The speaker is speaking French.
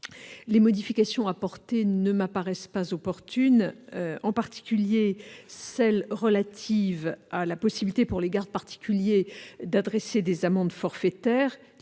les modifications proposées ne me paraissent pas opportunes, en particulier celles qui sont relatives à la possibilité, pour les gardes particuliers, d'adresser des amendes forfaitaires.